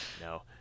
no